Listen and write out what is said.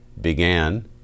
began